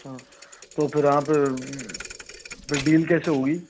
अच्छा तो फिर आप फिर डील कैसे होगी